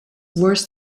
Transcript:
worse